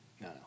No